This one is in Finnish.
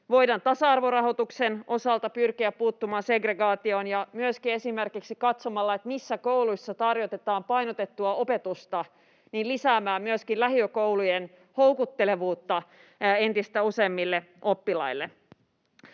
voidaan tasa-arvorahoituksen osalta pyrkiä puuttumaan segregaatioon, ja myöskin esimerkiksi katsomalla, missä kouluissa tarjotaan painotettua opetusta, voidaan pyrkiä lisäämään myöskin lähiökoulujen houkuttelevuutta entistä useammille oppilaille.